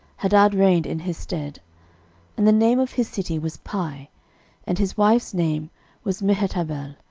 hadad reigned in his stead and the name of his city was pai and his wife's name was mehetabel,